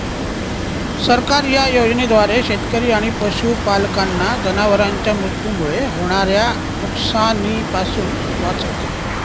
सरकार या योजनेद्वारे शेतकरी आणि पशुपालकांना जनावरांच्या मृत्यूमुळे होणाऱ्या नुकसानीपासून वाचवते